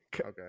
Okay